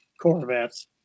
Corvettes